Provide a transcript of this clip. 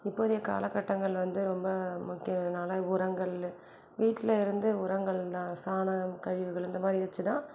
இப்போதைய காலகட்டங்கள் வந்து ரொம்ப முக்கியங்கிறதனால உரங்கள் வீட்டில் இருந்து உரங்கள் தான் சாணம் கழிவுகள் இந்தமாதிரி வச்சுதான்